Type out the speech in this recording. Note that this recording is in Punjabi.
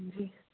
ਹਾਂਜੀ